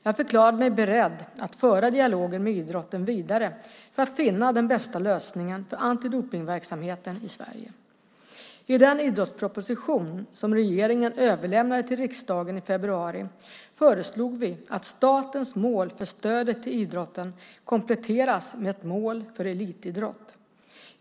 Jag förklarade mig beredd att föra dialogen med idrotten vidare för att finna den bästa lösningen för antidopningsverksamheten i Sverige. I den idrottsproposition som regeringen överlämnade till riksdagen i februari föreslog vi att statens mål för stödet till idrotten kompletteras med ett mål för elitidrott.